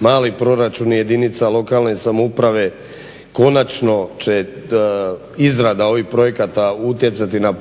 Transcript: mali proračun jedinica lokalne samouprave, konačno će izrada ovih projekata utjecati na